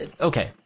Okay